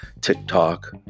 TikTok